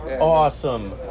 Awesome